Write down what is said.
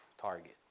target